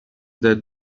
that